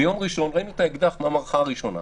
ביום ראשון ראינו את האקדח מהמערכה הראשונה,